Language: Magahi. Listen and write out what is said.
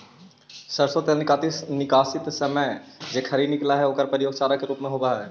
सरसो तेल निकालित समय जे खरी निकलऽ हइ ओकर प्रयोग चारा के रूप में होवऽ हइ